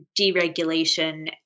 deregulation